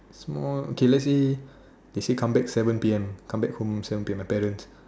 small K let's say they say come back seven P_M come back home seven P_M my parents